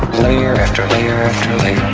layer after layer after layer